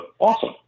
awesome